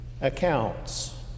accounts